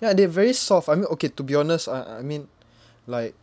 ya they very soft I mean okay to be honest uh I mean like